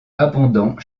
abondant